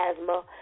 asthma